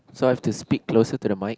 so I have to speak closer to the mike